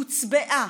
הוצבעה,